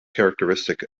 characteristic